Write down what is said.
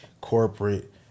corporate